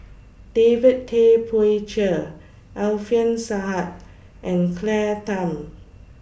David Tay Poey Cher Alfian Sa'at and Claire Tham